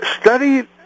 study